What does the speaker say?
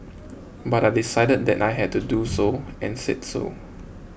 but I decided that I had to do so and said so